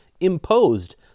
imposed